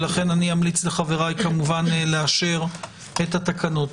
לכן אמליץ לחבריי לאשר את התקנות כמובן.